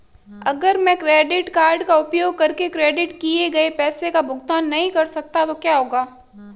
अगर मैं credit card का उपयोग करके क्रेडिट किए गए पैसे का भुगतान नहीं कर सकता तो क्या होगा?